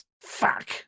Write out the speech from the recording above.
Fuck